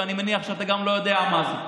ואני מניח שאתה גם לא יודע מה זה.